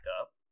up